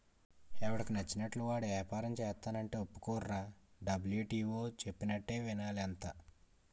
ఎవడికి నచ్చినట్లు వాడు ఏపారం సేస్తానంటే ఒప్పుకోర్రా డబ్ల్యు.టి.ఓ చెప్పినట్టే వినాలి అంతా